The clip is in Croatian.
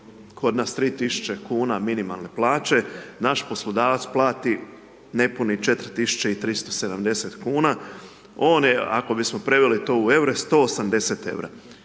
kod nas 3000 minimalne plaće, naš poslodavac plati nepunih 4370 kuna, on je ako bismo preveli to u eure, 180 eura.